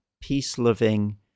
peace-loving